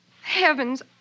Heavens